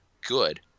good